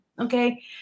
okay